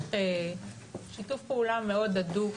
מצריך שיתוף פעולה מאוד הדוק